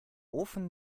ofen